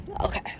okay